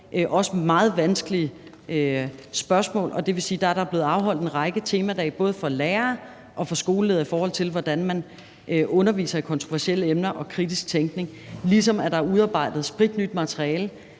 også meget vanskelige spørgsmål, og det vil sige, at der er blevet afholdt en række temadage både for lærere og for skoleledere, i forhold til hvordan man underviser i kontroversielle emner og kritisk tænkning, ligesom der er udarbejdet spritnyt materiale,